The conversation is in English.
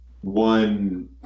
one